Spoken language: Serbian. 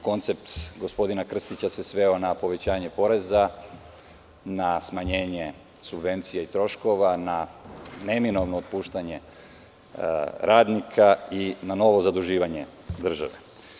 Koncept gospodina Krstića se sveo na povećanje poreza, na smanjenje subvencija i troškova, na neminovno otpuštanje radnika i na novo zaduživanje države.